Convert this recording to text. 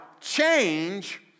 Change